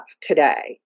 today